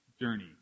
journey